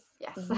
yes